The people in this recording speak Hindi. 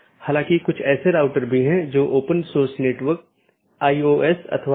वोह AS जो कि पारगमन ट्रैफिक के प्रकारों पर नीति प्रतिबंध लगाता है पारगमन ट्रैफिक को जाने देता है